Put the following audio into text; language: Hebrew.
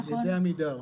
על ידי עמידר.